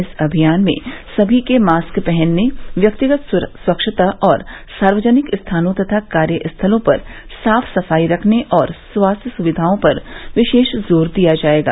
इस अभियान में सभी के मास्क पहनने व्यक्तिगत स्वच्छता और सार्वजनिक स्थानों तथा कार्यस्थलों पर साफ सफाई रखने और स्वास्थ्य सुविधाओं पर विशेष जोर दिया जाएगा